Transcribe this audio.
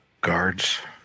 guards